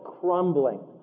crumbling